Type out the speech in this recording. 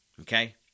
Okay